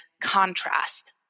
contrast